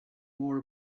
more